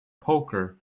poker